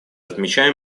отмечаем